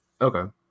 Okay